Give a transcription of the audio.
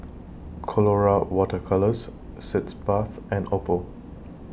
Colora Water Colours Sitz Bath and Oppo